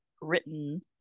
Written